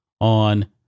on